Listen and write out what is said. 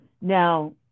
Now